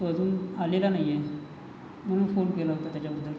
तो अजून आलेला नाही आहे म्हणून फोन केला होता त्याच्याबद्दल